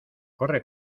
corre